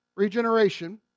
Regeneration